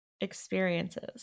experiences